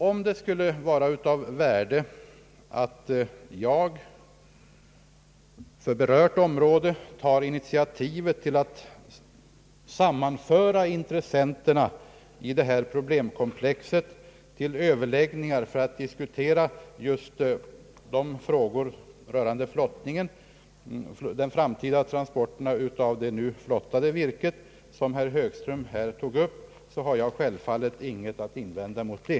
Om det skulle vara av värde att jag för ett berört område tar initiativ till att sammanföra intressenterna i detta problemkomplex till överläggningar för att diskutera just den framtida transporten av det nu flottade virket, vilket herr Högström här tog upp, har jag självfallet ingenting att invända häremot.